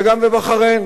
וגם בבחריין,